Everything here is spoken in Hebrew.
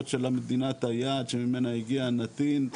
של מדינת היעד שממנה הגיע הנתין,